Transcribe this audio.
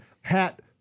hat